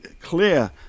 clear